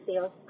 sales